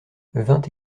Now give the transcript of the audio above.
vingt